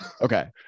Okay